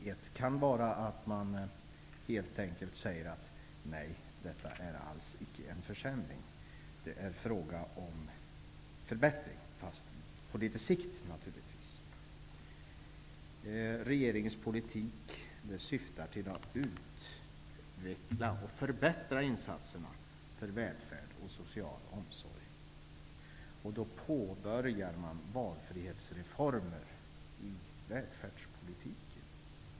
Ett sätt kan vara att man helt enkelt säger: Nej, detta är alls icke en försämring utan en förbättring, fast på litet sikt naturligtvis. Regeringens politik syftar till att utveckla och förbättra insatserna för välfärd och social omsorg. Då påbörjar man genomförandet av valfrihetsreformer i välfärdspolitiken.